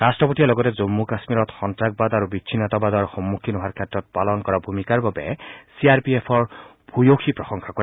ৰাষ্ট্ৰপতিয়ে লগতে জম্মু কাশ্মীৰত সন্ত্ৰাসবাদ আৰু বিচ্ছিন্নতাবাদৰ সন্মুখীন হোৱাৰ ক্ষেত্ৰত পালন কৰা ভূমিকাৰ বাবে চি আৰ পি এফৰ ভূয়সী প্ৰশংসা কৰে